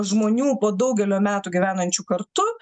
žmonių po daugelio metų gyvenančių kartu